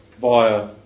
via